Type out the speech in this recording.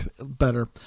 better